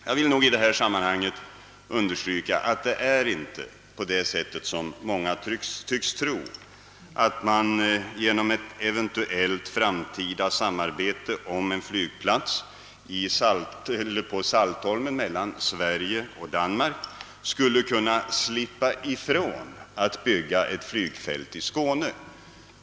Jag vill i detta sammanhang betona att man inte, som många tycks tro, genom ett eventuellt framtida samarbete om en flygplats på Saltholm mellan Sverige och Danmark skulle kunna slippa ifrån att bygga ett flygfält i Skåne.